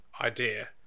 idea